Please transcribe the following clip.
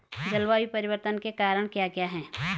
जलवायु परिवर्तन के कारण क्या क्या हैं?